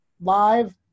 live